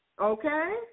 Okay